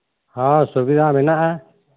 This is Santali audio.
ᱦᱚᱸ ᱥᱩᱵᱤᱫᱷᱟ ᱢᱮᱱᱟᱜᱼᱟ